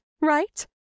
right